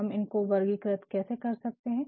हम इनको वर्गीकृत कैसे कर सकते है